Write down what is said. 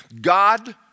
God